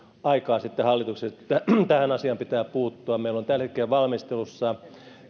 aikaa sitten hallituksessa tähän asiaan pitää puuttua meillä on tällä hetkellä valmistelussa